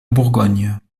bourgogne